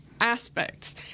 aspects